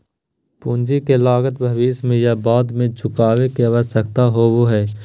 पूंजी की लागत भविष्य में या बाद में चुकावे के आवश्यकता होबय हइ